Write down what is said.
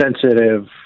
sensitive